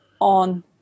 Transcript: on